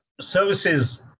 services